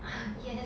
yes